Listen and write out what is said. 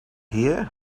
here